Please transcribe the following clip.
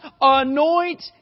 anoint